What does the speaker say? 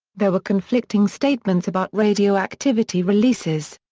there were conflicting statements about radioactivity releases.